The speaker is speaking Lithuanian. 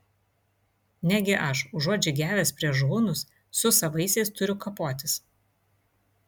negi aš užuot žygiavęs prieš hunus su savaisiais turiu kapotis